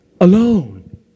alone